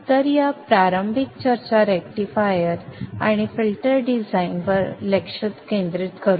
तर या आठवड्यात प्रारंभिक चर्चा रेक्टिफायर आणि फिल्टर डिझाइन वर लक्ष केंद्रित करु